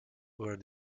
were